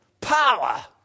power